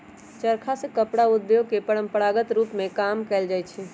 चरखा से कपड़ा उद्योग में परंपरागत रूप में काम कएल जाइ छै